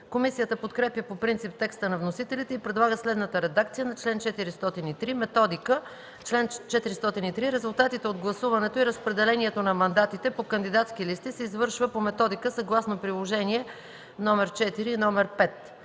Комисията подкрепя по принцип текста на вносителите и предлага следната редакция на чл. 403: „Методика Чл. 403. Резултатите от гласуването и разпределението на мандатите по кандидатски листи се извършва по методика съгласно приложение № 4 и № 5.”